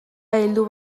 heldu